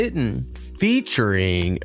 Featuring